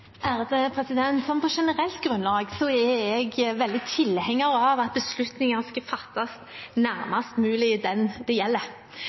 På generelt grunnlag er jeg tilhenger av at beslutninger skal fattes nærmest mulig dem det gjelder.